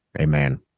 Amen